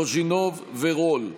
אנדרי קוז'ינוב ועידן רול,